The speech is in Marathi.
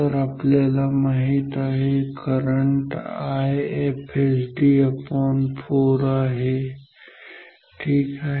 तर आपल्याला माहित आहे करंट IFSD4 आहे ठीक आहे